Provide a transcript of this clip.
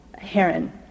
heron